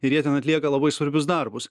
ir jie ten atlieka labai svarbius darbus